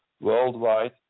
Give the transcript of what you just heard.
worldwide